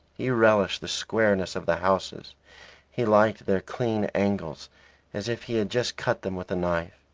he relished the squareness of the houses he liked their clean angles as if he had just cut them with a knife.